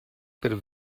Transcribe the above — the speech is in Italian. per